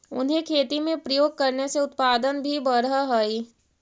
उन्हें खेती में प्रयोग करने से उत्पादन भी बढ़अ हई